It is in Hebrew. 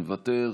מוותר,